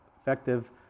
effective